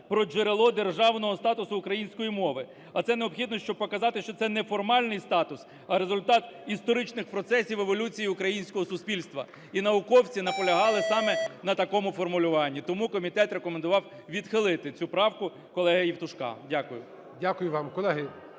про джерело державного статусу української мови, а це необхідно, щоб показати, що це не формальний статус, а результат історичних процесів еволюції українського суспільства. І науковці наполягали саме на такому формулюванні. Тому комітет рекомендував відхилити цю правку колеги Євтушка. Дякую. ГОЛОВУЮЧИЙ. Дякую вам. Колеги,